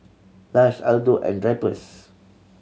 Lush Aldo and Drypers